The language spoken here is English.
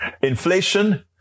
Inflation